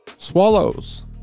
Swallows